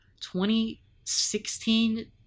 2016